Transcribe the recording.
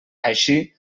així